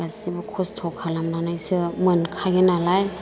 गासैबो खस्थ' खालामनानैसो मोनखायो नालाय